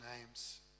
names